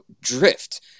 drift